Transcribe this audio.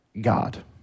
God